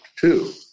two